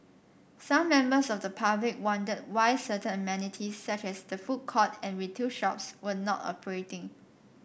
some members of the public wondered why certain amenities such as the food court and retail shops were not operating